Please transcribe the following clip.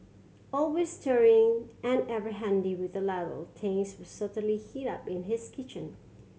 always stirring and ever handy with the ladle things will certainly heat up in his kitchen